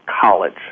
college